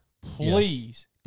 please